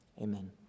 amen